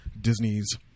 Disney's